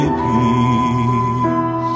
peace